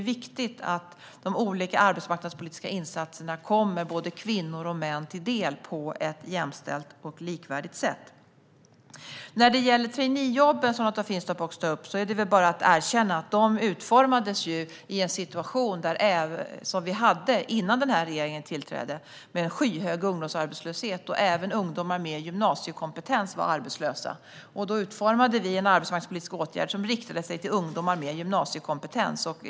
Det är viktigt att de olika arbetsmarknadspolitiska insatserna kommer både kvinnor och män till del på ett jämställt och likvärdigt sätt. När det gäller traineejobben, som Lotta Finstorp också tar upp, är det bara att erkänna att de utformades i en situation som vi hade innan regeringen tillträdde, med en skyhög ungdomsarbetslöshet. Även ungdomar med gymnasiekompetens var arbetslösa. Då utformade vi en arbetsmarknadspolitisk åtgärd som riktade sig till ungdomar med gymnasiekompetens.